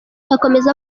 akomeza